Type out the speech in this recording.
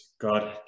God